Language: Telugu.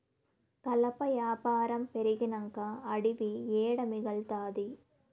కలప యాపారం పెరిగినంక అడివి ఏడ మిగల్తాది